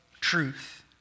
truth